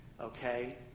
okay